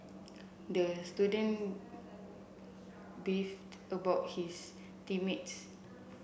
the student beefed about his team mates